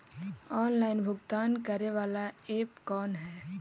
Online भुगतान करे बाला ऐप कौन है?